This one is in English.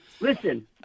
listen